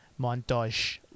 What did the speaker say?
montage